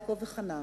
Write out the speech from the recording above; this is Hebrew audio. יעקב וחנה.